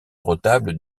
retable